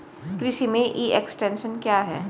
कृषि में e extension क्या है?